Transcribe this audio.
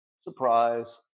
Surprise